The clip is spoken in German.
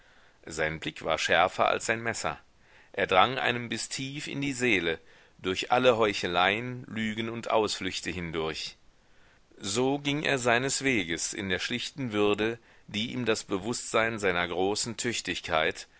sein blick war schärfer als sein messer er drang einem bis tief in die seele durch alle heucheleien lügen und ausflüchte hindurch so ging er seines weges in der schlichten würde die ihm das bewußtsein seiner großen tüchtigkeit